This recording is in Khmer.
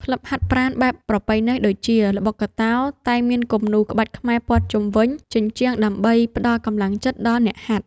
ក្លឹបហាត់ប្រាណបែបប្រពៃណី ដូចជា ល្បុក្កតោ តែងមានគំនូរក្បាច់ខ្មែរព័ទ្ធជុំវិញជញ្ជាំងដើម្បីផ្ដល់កម្លាំងចិត្តដល់អ្នកហាត់។